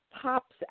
pops